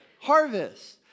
harvest